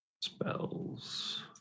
Spells